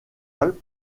alpes